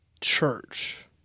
church